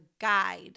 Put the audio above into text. guide